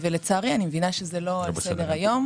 לצערי אני מבינה שזה לא על סדר היום